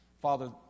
Father